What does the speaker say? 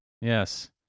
Yes